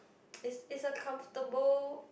is is a comfortable